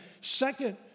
second